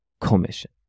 commission